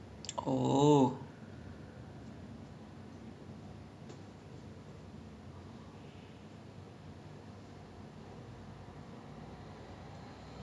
ya so like ya so both of us had like the same syllabus all these kind of stuff so whenever I want to do homework and I don't know how to do I just knock on their door then like eh err uncle can I just sit down with farlihan for awhile just talk to him